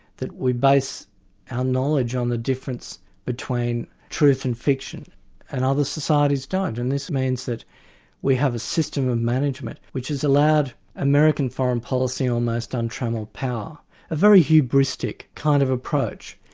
that we base our ah knowledge on the difference between truth and fiction and other societies don't, and this means that we have a system of management which has allowed american foreign policy almost untramelled power a very hubristic kind of approach.